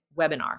webinar